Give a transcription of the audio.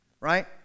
Right